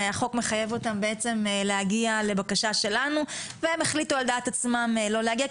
החוק מחייב אותם להגיע לבקשה שלנו והם החליטו על דעת עצמם לא להגיע,